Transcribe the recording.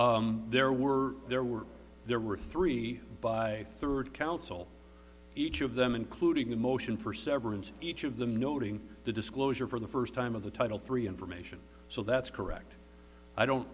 probably there were there were there were three by third counsel each of them including the motion for severance each of them noting the disclosure for the first time of the title three information so that's correct i don't